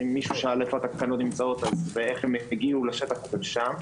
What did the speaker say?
מי ששאל היכן נמצאות התקנות ואיך הן יגיעו לשטח הן שם.